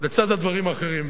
לצד הדברים האחרים.